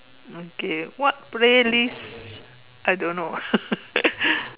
okay what playlist I don't know